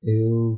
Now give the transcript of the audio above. eu